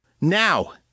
Now